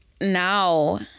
now